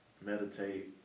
meditate